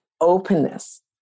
openness